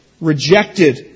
rejected